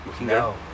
No